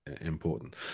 important